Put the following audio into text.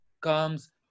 comes